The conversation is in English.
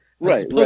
Right